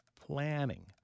planning